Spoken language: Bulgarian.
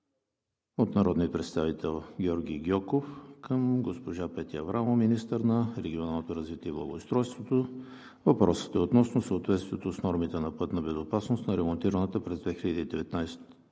от народния представител Георги Гьоков към госпожа Петя Аврамова – министър на регионалното развитие и благоустройството, относно съответствието с нормите на пътна безопасност на ремонтираната през 2019 г.